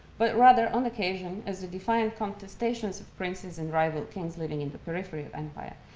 but rather on occasion as the defiant contestations of princes and rival kings living in the periphery of empire.